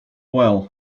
well